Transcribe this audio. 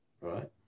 Right